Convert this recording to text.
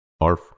Arf